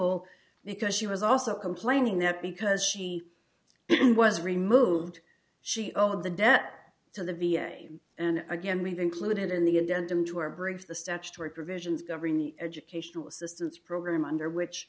al because she was also complaining that because she was removed she owed the debt to the v a and again we've included in the addendum to our brief the statutory provisions govern the educational assistance program under which